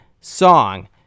song